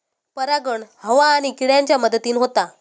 परागण हवा आणि किड्यांच्या मदतीन होता